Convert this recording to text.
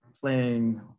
playing